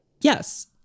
Yes